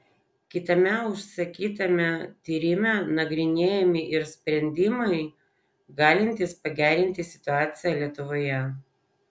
kitame užsakytame tyrime nagrinėjami ir sprendimai galintys pagerinti situaciją lietuvoje